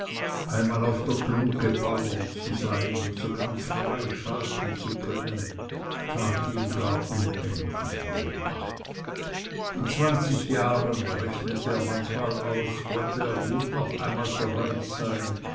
einmal auf der glungge bauer zu sein und so ganz frei schalten zu können tat ihm gar unendlich wohl in zwanzig jahren rechnete er manchmal aus wollte er gut noch einmal so reich sein